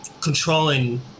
controlling